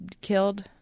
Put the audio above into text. killed